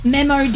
Memo